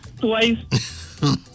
twice